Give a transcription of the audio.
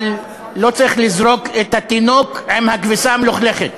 אבל לא צריך לזרוק את התינוק עם הכביסה המלוכלכת.